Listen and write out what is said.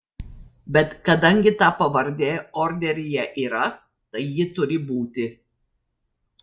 bet kadangi ta pavardė orderyje yra tai ji turi būti